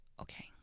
okay